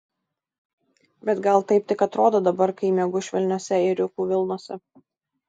bet gal taip tik atrodo dabar kai miegu švelniose ėriukų vilnose